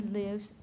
lives